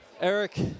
Eric